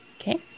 Okay